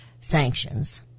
sanctions